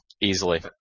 easily